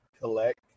collect